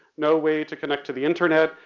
no way to connect to the internet,